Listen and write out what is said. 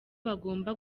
bagomba